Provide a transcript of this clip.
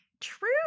True